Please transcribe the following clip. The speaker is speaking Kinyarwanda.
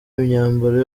imyambaro